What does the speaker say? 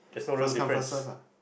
first come first serve ah